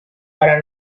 para